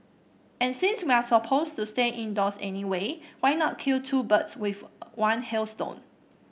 and since we're supposed to stay indoors anyway why not kill two birds with one hailstone